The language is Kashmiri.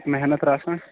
محنت رَژھ کھنٛڈ